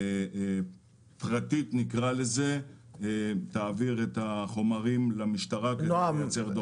פרטית תעביר את החומרים למשטרה כדי לייצר דוחות.